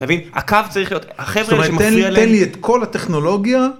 אתה מבין, הקו צריך להיות, החברה האלה שמפריע להם, תן לי, תן לי את כל הטכנולוגיה.